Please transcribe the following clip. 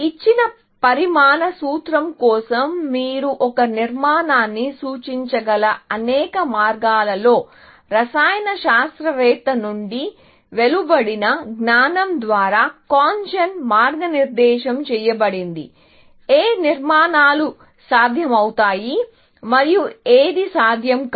ఇచ్చిన పరమాణు సూత్రం కోసం మీరు ఒక నిర్మాణాన్ని సూచించగల అనేక మార్గాల్లో రసాయన శాస్త్రవేత్త నుండి వెలువడిన జ్ఞానం ద్వారా CONGEN మార్గనిర్దేశం చేయబడింది ఏ నిర్మాణాలు సాధ్యమవుతాయి మరియు ఏది సాధ్యం కాదు